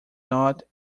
not